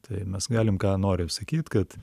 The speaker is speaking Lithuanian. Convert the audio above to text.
tai mes galim ką norim sakyt kad